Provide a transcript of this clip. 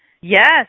Yes